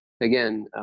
again